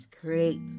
create